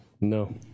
No